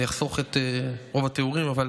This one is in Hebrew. אני אחסוך את רוב התיאורים, אבל